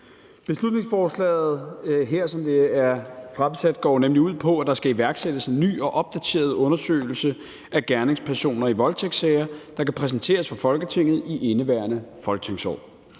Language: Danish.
det er fremsat her, går ud på, at der skal iværksættes en ny og opdateret undersøgelse af gerningspersoner i voldtægtssager, der kan præsenteres for Folketinget i indeværende folketingsår.